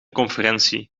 conferentie